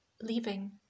leaving